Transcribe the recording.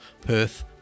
Perth